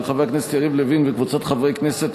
של חבר הכנסת יריב לוין וקבוצת חברי הכנסת,